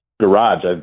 garage